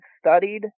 studied